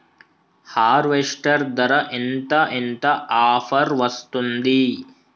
Harvester ధర ఎంత ఎంత ఆఫర్ వస్తుంది?